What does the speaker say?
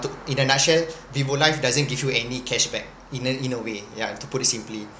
in a nutshell vivo life doesn't give you any cashback in a in a way yeah to put it simply